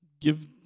give